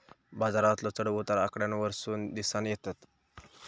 बाजारातलो चढ उतार आकड्यांवरसून दिसानं येतत